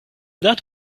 that